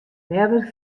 leaver